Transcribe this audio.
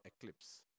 eclipse